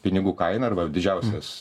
pinigų kaina arba didžiausias